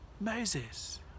Moses